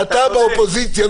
תהיה פופוליסט.